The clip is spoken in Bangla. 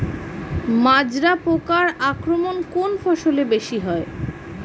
মাজরা পোকার আক্রমণ কোন ফসলে বেশি হয়?